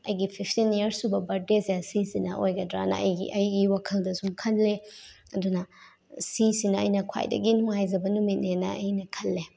ꯑꯩꯒꯤ fifteen years ꯁꯨꯕ ꯕ꯭ꯔꯠꯗꯦꯁꯦ ꯁꯤꯁꯤꯅ ꯑꯣꯏꯒꯗ꯭ꯔꯥꯅ ꯑꯩꯒꯤ ꯑꯩꯒꯤ ꯋꯥꯈꯜꯗ ꯁꯨꯝ ꯈꯜꯂꯦ ꯑꯗꯨꯅ ꯁꯤꯁꯤꯅ ꯑꯩꯅ ꯈ꯭ꯋꯥꯏꯗꯒꯤ ꯅꯨꯡꯉꯥꯏꯖꯕ ꯅꯨꯃꯤꯠꯅꯦꯅ ꯑꯩꯅ ꯈꯜꯂꯦ